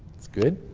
that's good.